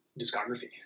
discography